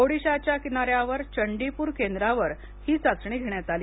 ओडिशाच्या किनाऱ्यावर चंडीपूर केंद्रावर ही चाचणी घेण्यात आली